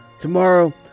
Tomorrow